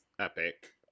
epic